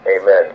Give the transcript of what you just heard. amen